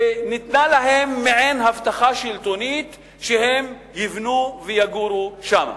וניתנה להם מעין הבטחה שלטונית שהם יבנו ויגורו שם.